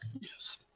Yes